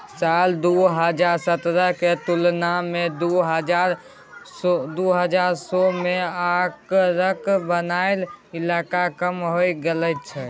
साल दु हजार सतरहक तुलना मे दु हजार उन्नैस मे आगराक बनैया इलाका कम हो गेल छै